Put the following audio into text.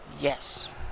Yes